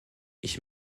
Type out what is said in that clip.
ich